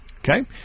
Okay